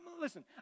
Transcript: Listen